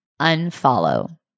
Unfollow